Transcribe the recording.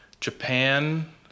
Japan